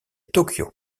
tokyo